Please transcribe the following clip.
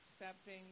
accepting